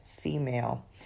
female